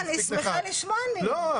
אני שמחה לשמוע, ניר.